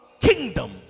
kingdom